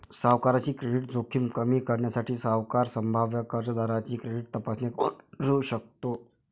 सावकाराची क्रेडिट जोखीम कमी करण्यासाठी, सावकार संभाव्य कर्जदाराची क्रेडिट तपासणी करू शकतो